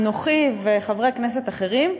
אנוכי וחברי כנסת אחרים,